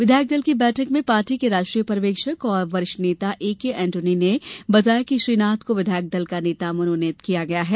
विधायक दल की बैठक में पार्टी के राष्ट्रीय पर्यवेक्षक और वरिष्ठ नेता एकेएन्टोनी ने बताया कि श्री नाथ को विधायक दल का नेता मनोनीत किया गया है